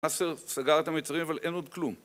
נאצר סגר את המיצרים אבל אין עוד כלום